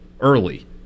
early